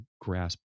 grasp